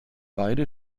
beide